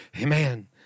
Amen